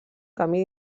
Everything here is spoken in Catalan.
canvi